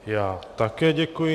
Já také děkuji.